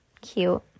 Cute